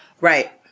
Right